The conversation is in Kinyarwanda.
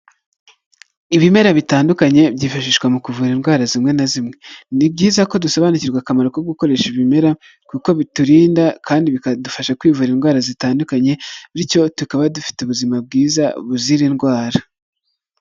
Ibimera bitandukanye byifashishwa mu kuvura indwara zimwe na zimwe, ni byiza ko dusobanukirwa akamaro ko gukoresha ibimera kuko biturinda kandi bikadufasha kwivura indwara zitandukanye bityo tukaba dufite ubuzima bwiza buzira indwara.